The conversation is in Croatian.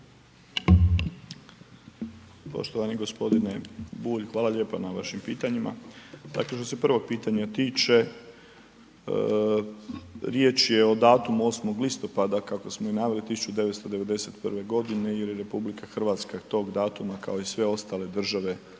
Poštovani g. Bulj, hvala lijepa na vašim pitanjima. Dakle, što se prvog pitanja tiče, riječ je o datumu 8. listopada, kako smo i naveli 1991. g. jer je RH tog datuma kao i sve ostale države nastala